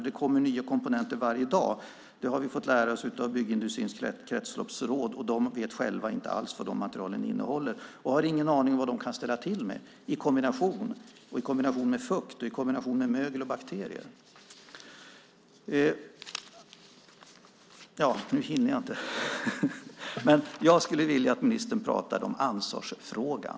Det kommer nya komponenter varje dag; det har vi fått lära oss av byggindustrins kretsloppsråd, och de vet själva inte alls vad materialen innehåller. De har inte heller någon aning om vad materialen kan ställa till med i kombination, i kombination med fukt och i kombination med mögel och bakterier. Jag hinner inte ta upp allt det som jag hade tänkt, men jag skulle vilja att ministern pratade om ansvarsfrågan.